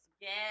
Yes